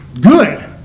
good